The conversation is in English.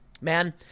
Man